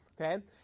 okay